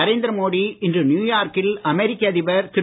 நரேந்திரமோடி இன்று நியூயார்க்கில் அமெரிக்க அதிபர் திரு